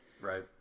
Right